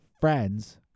friends